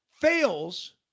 fails